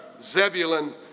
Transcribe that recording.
Zebulun